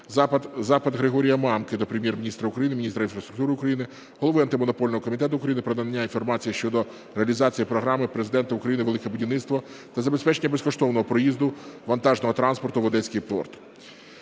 Запит Григорія Мамки до Прем'єр-міністра України, міністра інфраструктури України, Голови Антимонопольного комітету України про надання інформації щодо реалізації програми Президента України "Велике будівництво" та забезпечення безкоштовного проїзду вантажного транспорту в Одеський порт".